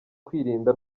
kwirinda